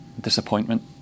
disappointment